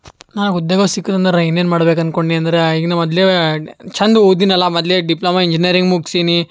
ನನಗೆ ಉದ್ಯೋಗ ಸಿಕ್ಕದಂದರೆ ಇನ್ನೇನು ಮಾಡ್ಬೇಕು ಅಂದ್ಕೊಂಡ್ನಿ ಅಂದ್ರೆ ಈಗಿನ್ನೂ ಮೊದಲೇ ಚೆಂದ ಓದೀನಲ್ಲ ಮೊದ್ಲೇ ಡಿಪ್ಲೊಮ ಇಂಜಿನಿಯರಿಂಗ್ ಮುಗ್ಸೀನಿ